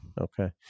Okay